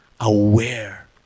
aware